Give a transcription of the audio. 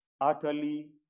utterly